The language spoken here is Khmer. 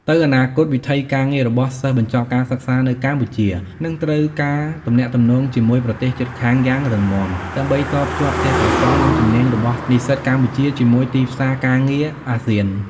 ទៅអនាគត វិថីការងាររបស់សិស្សបញ្ចប់ការសិក្សានៅកម្ពុជា នឹងត្រូវការទំនាក់ទំនងជាមួយប្រទេសជិតខាងយ៉ាងរឹងមាំ ដើម្បីតភ្ជាប់ទេព្យកោសល្យ និងជំនាញរបស់និស្សិតកម្ពុជាជាមួយទីផ្សារការងារ ASEAN។